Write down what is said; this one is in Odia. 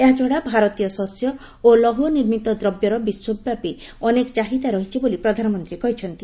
ଏହାଛଡା ଭାରତୀୟ ଶସ୍ୟ ଓ ଲୌହ ନିର୍ମିତ ଦ୍ରବ୍ୟର ବିଶ୍ୱବ୍ୟାପୀ ଅନେକ ଚାହିଦା ରହିଛି ବୋଲି ପ୍ରଧାନମନ୍ତ୍ରୀ କହିଛନ୍ତି